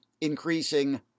increasing